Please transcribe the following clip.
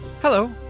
Hello